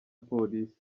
polisi